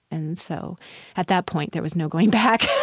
and so at that point, there was no going back.